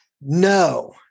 No